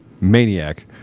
maniac